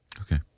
Okay